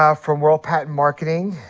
ah from world patent marketing.